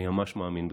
אני ממש מאמין בכך.